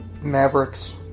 Mavericks